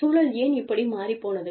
சூழல் ஏன் இப்படி மாறிப் போனது